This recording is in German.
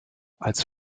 als